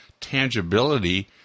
tangibility